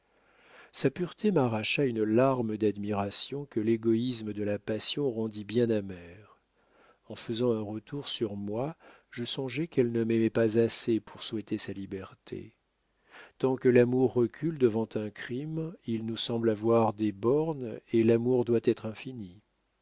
sa pureté m'arracha une larme d'admiration que l'égoïsme de la passion rendit bien amère en faisant un retour sur moi je songeai qu'elle ne m'aimait pas assez pour souhaiter sa liberté tant que l'amour recule devant un crime il nous semble avoir des bornes et l'amour doit être infini